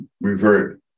revert